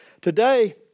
today